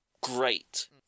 great